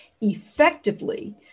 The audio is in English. effectively